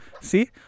see